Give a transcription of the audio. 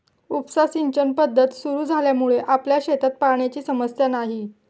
उपसा सिंचन पद्धत सुरु झाल्यामुळे आपल्या शेतात पाण्याची समस्या नाही